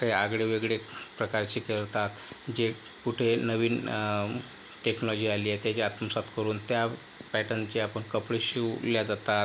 काही आगळेवेगळे प्रकारचे करतात जे कुठे नवीन टेक्नोलॉजी आली आहे त्याच्या आत्मसात करून त्या पॅटर्नचे आपण कपडे शिवल्या जातात